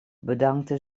bedankte